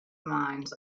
mines